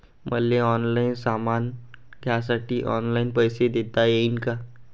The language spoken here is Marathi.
मले ऑनलाईन सामान घ्यासाठी ऑनलाईन पैसे देता येईन का?